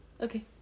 Okay